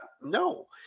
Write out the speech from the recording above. No